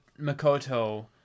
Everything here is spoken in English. Makoto